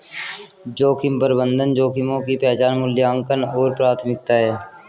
जोखिम प्रबंधन जोखिमों की पहचान मूल्यांकन और प्राथमिकता है